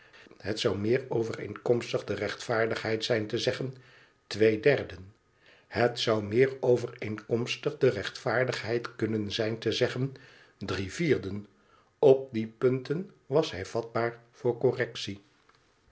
het zou meer overeenkomstig de rechtvaardigheid zijn te zeggen twee derden het zou meer overeenkomstig de rechtvaardigheia kunnen zijn te zeggen drie vierden op die pnnten was hij vatbaar voor correctie